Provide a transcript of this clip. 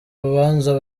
rubanza